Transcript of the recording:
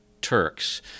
Turks